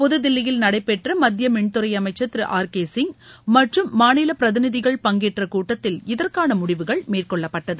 புதுதில்லியில் நடைபெற்ற மத்திய மின்துறை அமைச்சர் திரு ஆர் கே சிங் மற்றும் மாநில பிரதிநிதிகள் பங்கேற்ற கூட்டத்தில் இதற்கான முடிவுகள் மேற்கொள்ளப்பட்டது